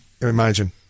imagine